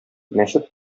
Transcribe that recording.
мәчет